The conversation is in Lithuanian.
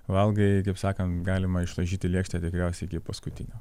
valgai kaip sakant galima išlaižyti lėkštę tikriausiai iki paskutinio